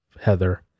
Heather